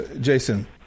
Jason